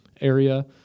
area